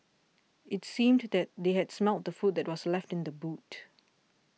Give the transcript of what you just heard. it seemed that they had smelt the food that was left in the boot